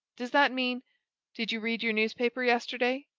does that mean did you read your newspaper yesterday?